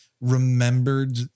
remembered